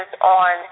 on